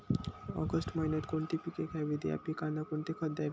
August महिन्यात कोणती पिके घ्यावीत? या पिकांना कोणते खत द्यावे?